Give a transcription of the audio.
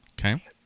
Okay